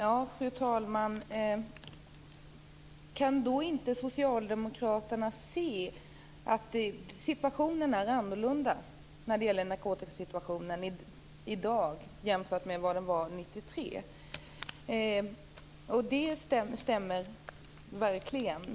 Fru talman! Situationen är annorlunda i dag jämfört med vad den var år 1993, och det stämmer verkligen.